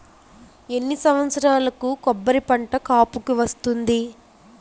ఎన్ని సంవత్సరాలకు కొబ్బరి పంట కాపుకి వస్తుంది?